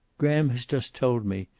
graham has just told me.